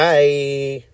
Bye